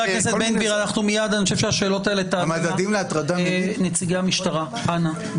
שאפילו חברי חבר הכנסת בן גביר ירצה להציג מקרה אישי שקרה לו,